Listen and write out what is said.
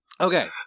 Okay